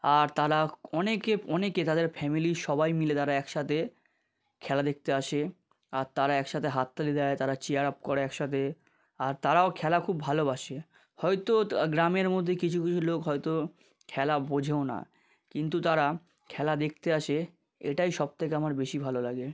আর তারা অনেকে অনেকে তাদের ফ্যামেলির সবাই মিলে তারা একসাথে খেলা দেখতে আসে আর তারা একসাথে হাততালি দেয় তারা চিয়ার আপ করে একসাথে আর তারাও খেলা খুব ভালোবাসে হয়তো গ্রামের মধ্যে কিছু কিছু লোক হয়তো খেলা বোঝেও না কিন্তু তারা খেলা দেখতে আসে এটাই সব থেকে আমার বেশি ভালো লাগে